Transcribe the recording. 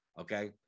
Okay